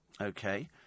okay